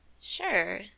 sure